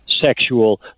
sexual